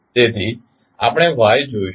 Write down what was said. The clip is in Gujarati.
તેથી આપણે y જોઇશું